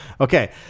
Okay